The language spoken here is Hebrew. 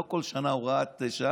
לא כל שנה הוראת שעה,